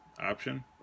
option